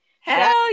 Hell